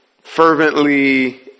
fervently